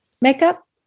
makeup